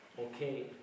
Okay